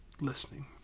listening